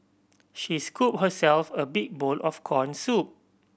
she scooped herself a big bowl of corn soup